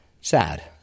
sad